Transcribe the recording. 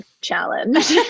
challenge